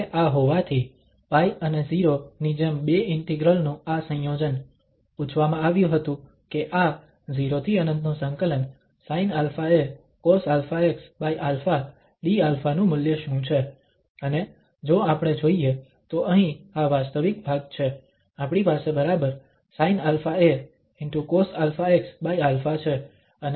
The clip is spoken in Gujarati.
તો હવે આ હોવાથી π અને 0 ની જેમ બે ઇન્ટિગ્રલ નું આ સંયોજન પૂછવામાં આવ્યું હતું કે આ 0∫∞ sinαa cosαxα dα નું મૂલ્ય શું છે અને જો આપણે જોઈએ તો અહીં આ વાસ્તવિક ભાગ છે આપણી પાસે બરાબર sinαa cosαxα છે અને પછી dα